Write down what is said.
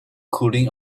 cooling